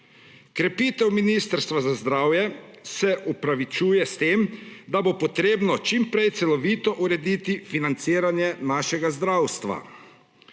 Krepite Ministrstva za zdravje se opravičuje s tem, da bo potrebno čim prej celovito urediti financiranje našega zdravstva.